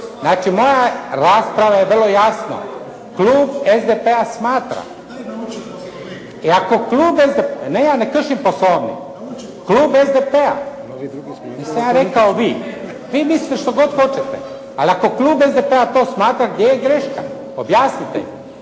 Znači moja rasprava je vrlo jasno, klub SDP-a smatra. I ako klub SDP-a. …/Upadica se ne razumije./… Ne, ja ne kršim Poslovnik. Klub SDP-a. Nisam ja rekao vi. Vi mislite što god hoćete. Ali ako klub SDP-a to smatra gdje je greška? Objasnite ju.